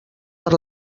per